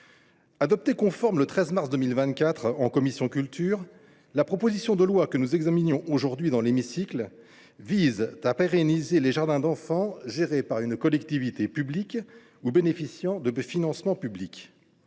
Adoptée conforme le 13 mars dernier par la commission de la culture, la proposition de loi que nous examinons aujourd’hui vise à pérenniser les jardins d’enfants gérés par une collectivité publique ou bénéficiant de financements publics.